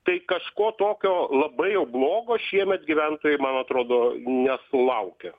tai kažko tokio labai jau blogo šiemet gyventojai man atrodo nesulaukė